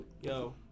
Yo